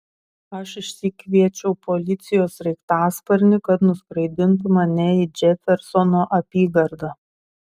aš išsikviečiau policijos sraigtasparnį kad nuskraidintų mane į džefersono apygardą